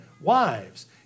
wives